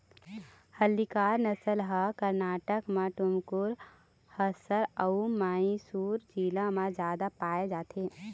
हल्लीकर नसल ह करनाटक म टुमकुर, हासर अउ मइसुर जिला म जादा पाए जाथे